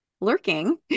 lurking